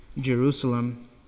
jerusalem